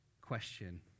question